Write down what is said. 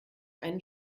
einen